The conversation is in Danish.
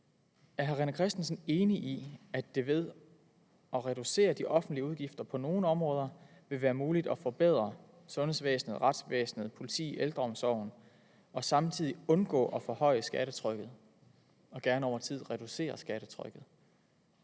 Er hr. René Christensen enig i, at det ved at reducere de offentlige udgifter på nogle områder vil være muligt at forbedre sundhedsvæsenet, retsvæsenet, politiet, ældreomsorgen og samtidig undgå at forhøje skattetrykket og gerne over tid reducere skattetrykket?